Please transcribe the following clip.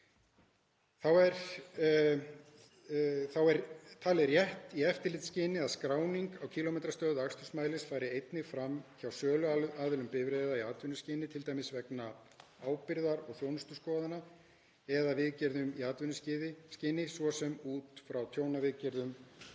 er talið rétt í eftirlitsskyni að skráning á kílómetrastöðu akstursmælis fari einnig fram hjá söluaðilum bifreiða í atvinnuskyni, t.d. vegna ábyrgðar- og þjónustuskoðana eða viðgerðum í atvinnuskyni, svo sem út frá tjónaviðgerðum